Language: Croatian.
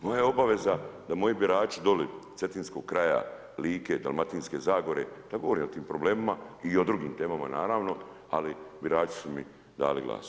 Moja je obaveza da moji birači doli Cetinskog kraja, Like, Dalmatinske zagore da govorim o tim problemima i o drugim temama naravno, ali birači su mi dali glasa.